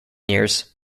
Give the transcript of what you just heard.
years